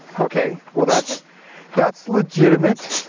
okay, well that's that's legitimate.